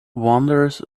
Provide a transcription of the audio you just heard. wonders